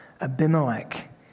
Abimelech